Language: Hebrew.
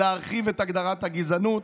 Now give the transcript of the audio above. להרחיב את הגדרת הגזענות,